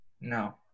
No